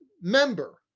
member